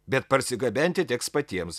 bet parsigabenti teks patiems